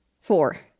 Four